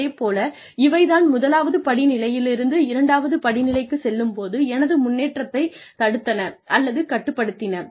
அதே போல இவை தான் முதலாவது படிநிலையிலிருந்து இரண்டாவது படிநிலைக்குச் செல்லும் போது எனது முன்னேற்றத்தைத் தடுத்தன அல்லது கட்டுப்படுத்தின